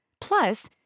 Plus